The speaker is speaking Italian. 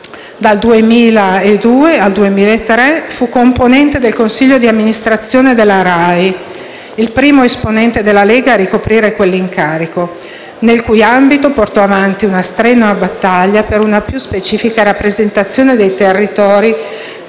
Dal 2002 al 2003 fu componente del consiglio di amministrazione della RAI, il primo esponente della Lega a ricoprire quell'incarico, nel cui ambito portò avanti una strenua battaglia per una più specifica rappresentazione dei territori